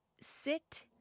sit